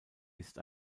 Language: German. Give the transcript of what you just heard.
ist